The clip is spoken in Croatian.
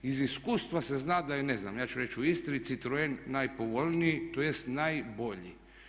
Iz iskustva se zna da je ne znam ja ću reći u Istri citroen najpovoljniji, tj. najbolji.